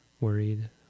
worried